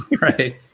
Right